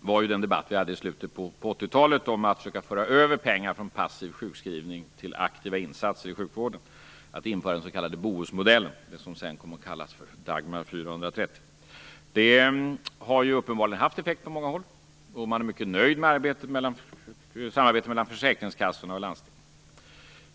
skildrades i den debatt vi hade i slutet på 80-talet om att försöka föra över pengar från passiv sjukskrivning till aktiva insatser i sjukvården, dvs. att införa den s.k. Bohusmodellen - det som sedan kom att kallas Dagmar 430. Det har uppenbarligen haft effekt på många håll. Man är mycket nöjd med samarbetet mellan försäkringskassorna och landstingen.